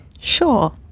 Sure